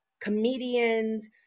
comedians